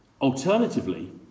Alternatively